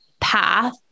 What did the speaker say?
path